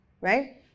right